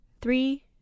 Three